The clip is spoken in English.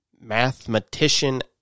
mathematician